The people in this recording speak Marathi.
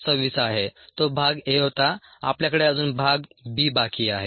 26 आहे तो भाग a होता आपल्याकडे अजून भाग b बाकी आहे